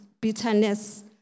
bitterness